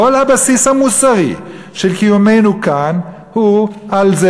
כל הבסיס המוסרי של קיומנו כאן הוא על זה